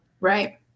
Right